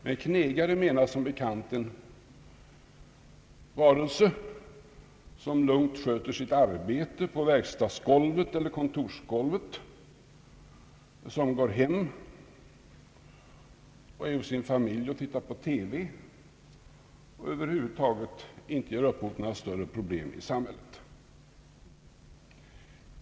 Med knegare menas som bekant en varelse som lugnt sköter sitt arbete på verkstadsgolvet eller kontorsgolvet, som går hem och tillsammans med sin familj tittar på TV och som över huvud taget inte ger upphov till några större problem i samhället.